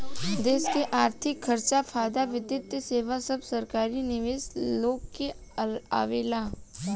देश के अर्थिक खर्चा, फायदा, वित्तीय सेवा सब सरकारी निवेशक लोग से आवेला